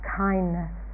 kindness